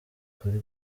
kuri